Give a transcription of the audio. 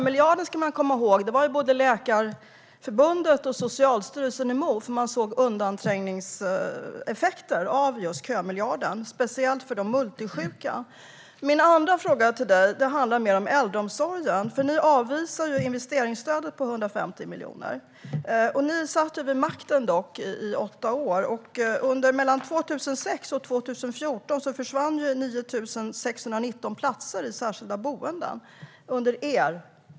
Man ska komma ihåg att både Läkarförbundet och Socialstyrelsen var emot kömiljarden eftersom man såg undanträngningseffekter, speciellt för de multisjuka. Min andra fråga handlar om äldreomsorgen. Ni satt vid makten i åtta år. Mellan 2006 och 2014, under er regering, försvann 9 619 platser i särskilda boenden.